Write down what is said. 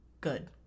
Good